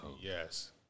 Yes